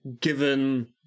given